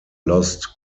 lost